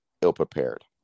ill-prepared